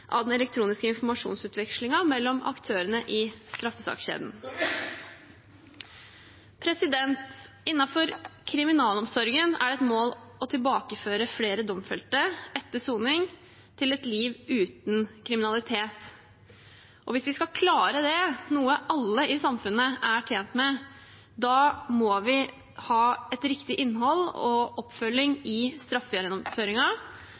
av den elektroniske informasjonsutvekslingen mellom aktørene i straffesakskjeden. Innenfor kriminalomsorgen er det et mål å tilbakeføre flere domfelte etter soning til et liv uten kriminalitet. Hvis vi skal klare det, noe alle i samfunnet er tjent med, må vi ha et riktig innhold og oppfølging